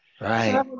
Right